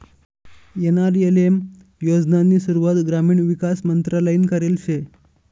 NRLM योजनानी सुरुवात ग्रामीण विकास मंत्रालयनी करेल शे